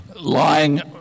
lying